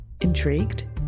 Intrigued